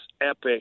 epic